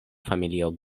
familio